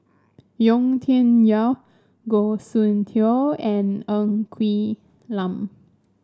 Yau Tian Yau Goh Soon Tioe and Ng Quee Lam